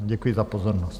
Děkuji za pozornost.